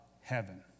heaven